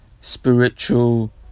spiritual